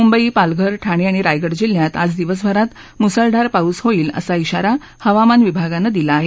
मुंबई पालघर ठाणे आणि रायगड जिल्ह्यात आज दिवसभरात मुसळधार पाऊस होईल असा इशारा हवामान विभागानं दिला आहे